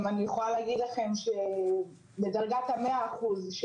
אני יכולה להגיד לכם שבדרגת המאה אחוזים